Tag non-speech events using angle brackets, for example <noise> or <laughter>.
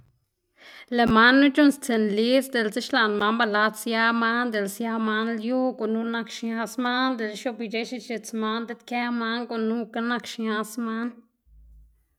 <noise> lëꞌ manu c̲h̲uꞌnnstsiꞌn lidz diꞌlse xlaꞌn man ba lad sia man dela sia man lyu gunu nak xñaz man, dela xioꞌbic̲h̲e x̱ix̱its man diꞌt kë man gunukga nak xñaz man.